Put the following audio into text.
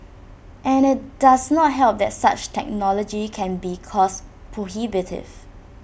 and IT does not help that such technology can be cost prohibitive